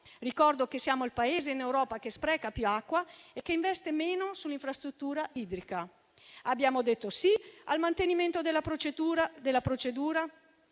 Ricordo che siamo il Paese che in Europa spreca più acqua e che investe meno sull'infrastruttura idrica. Abbiamo detto sì al mantenimento della procedura